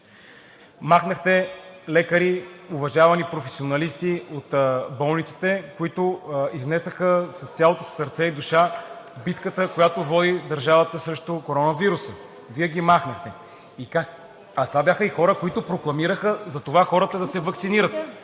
Махнахте лекари, уважавани професионалисти от болниците, които изнесоха с цялото си сърце и душа битката, която води държавата срещу коронавируса. Вие ги махнахте! А това бяха и хора, които прокламираха за това хората да се ваксинират,